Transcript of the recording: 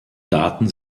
daten